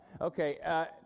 okay